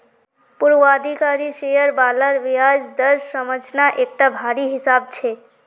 पूर्वाधिकारी शेयर बालार ब्याज दर समझना एकटा भारी हिसाब छै